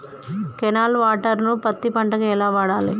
Canal water ను పత్తి పంట కి ఎలా వాడాలి?